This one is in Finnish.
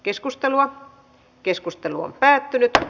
keskustelua ei syntynyt